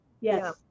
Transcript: Yes